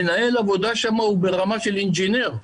מנהל עבודה שם הוא ברמה של אינג'ינר.